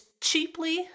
cheaply